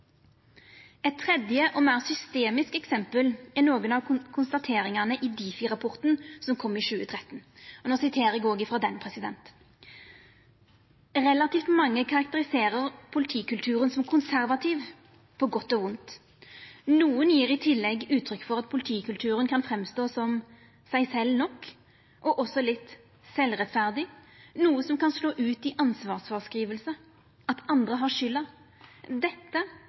Eit tredje og meir systemisk eksempel er nokon av konstateringane i Difi- rapporten som kom i 2013: «Relativt mange karakteriserer også politikulturen som konservativ – på godt og vondt. Noen gir i tillegg uttrykk for at politikulturen kan framstå som «seg selv nok» og også litt «selvrettferdig», noe som kan slå ut i ansvarsfraskrivelse – andre har «skylda». Dette,